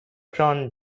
john